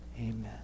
Amen